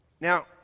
Now